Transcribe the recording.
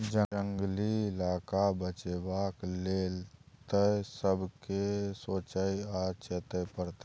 जंगली इलाका बचाबै लेल तए सबके सोचइ आ चेतै परतै